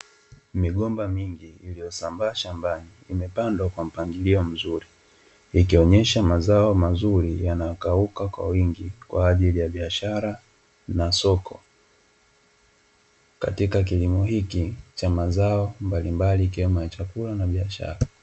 Migomba mingi iliyosambaa shambani, imepandwa kwa mpangilio mzuri. Ikionyesha mazao mazuri yanayokauka kwa wingi kwa ajili ya biashara na soko, katika kilimo hiki cha mazao mbalimbali, ikiwemo ya chakula na biashara.